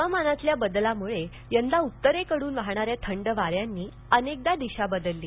हवामानातील बदलामुळे यंदा उत्तरेकडून वाहणाऱ्या थंड वाऱ्यांनी अनेकदा दिशा बदलली